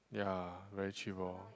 ya very cheap orh